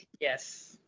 yes